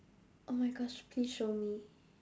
oh my gosh please show me